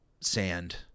sand